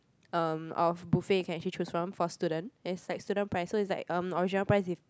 um of buffet you can actually choose from for student and is like student price so it's like um original price is